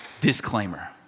Disclaimer